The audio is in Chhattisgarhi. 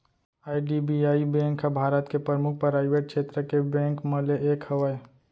आई.डी.बी.आई बेंक ह भारत के परमुख पराइवेट छेत्र के बेंक मन म ले एक हवय